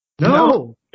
No